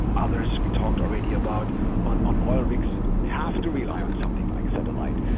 others we talked already about on on oil rigs have to rely on something like satellite.